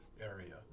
area